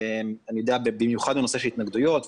במיוחד בנושא של התנגדויות,